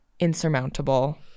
insurmountable